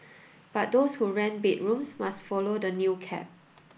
but those who rent bedrooms must follow the new cap